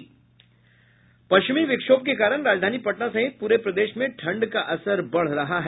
पश्चिमी विक्षोभ के कारण राजधानी पटना सहित पूरे प्रदेश में ठंड का असर बढ़ रहा है